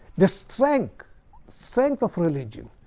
the strength strength of religion,